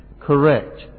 Correct